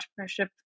entrepreneurship